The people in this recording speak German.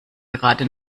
gerade